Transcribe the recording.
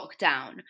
lockdown